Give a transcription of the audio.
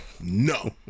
No